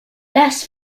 less